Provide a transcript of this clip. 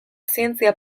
zientzia